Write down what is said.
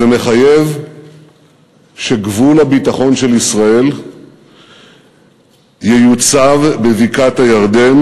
וזה מחייב שגבול הביטחון של ישראל ייוצב בבקעת-הירדן,